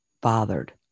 bothered